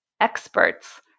experts